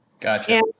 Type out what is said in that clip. Gotcha